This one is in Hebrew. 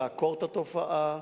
לעקור את התופעה,